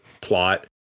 plot